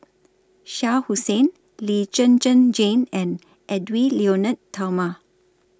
Shah Hussain Lee Zhen Zhen Jane and Edwy Lyonet Talma